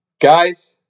Guys